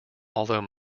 although